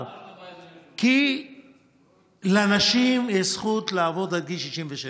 כי לנשים יש זכות לעבוד עד גיל 67,